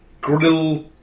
grill